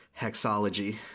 hexology